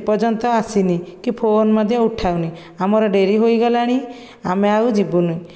ଏପର୍ଯ୍ୟନ୍ତ ଆସିନି କି ଫୋନ୍ ମଧ୍ୟ ଉଠାଉନି ଆମର ଡେରି ହୋଇଗଲାଣି ଆମେ ଆଉ ଯିବୁନି